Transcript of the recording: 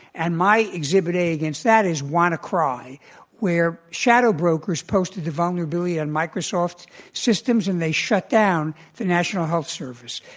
and my exhibit a against that is, wannacry, where shadow brokers posted the vulnerability of and microsoft systems and they shut down the national health service.